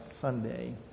Sunday